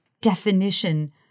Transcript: definition